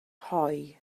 hoe